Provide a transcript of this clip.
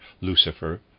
Lucifer